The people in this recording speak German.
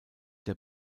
der